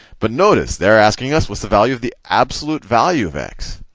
but notice, they're asking us what's the value of the absolute value of x,